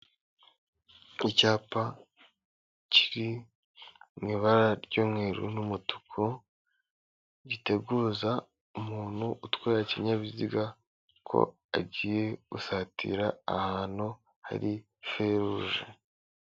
Icyapa kiri mu ibara ry'umweru n'umutuku, giteguza umuntu utwaye ikinyabiziga ko agiye gusatira ahantu hari feruje.